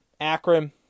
Akron